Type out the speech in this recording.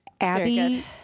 Abby